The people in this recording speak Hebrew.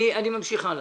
אני ממשיך הלאה.